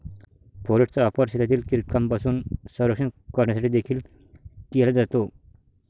फोरेटचा वापर शेतातील कीटकांपासून संरक्षण करण्यासाठी देखील केला जातो